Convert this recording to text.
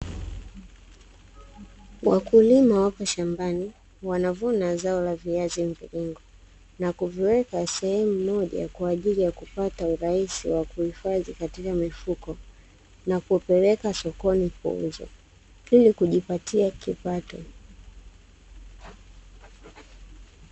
Wakulima wapo shambani wanavuna zao la viazi mviringo, na kuviweka sehemu moja kwa ajili ya kupata urahisi wa kuhifadhi katika mifuko na kupeleka sokoni kuuzwa ili kujipatia kipato.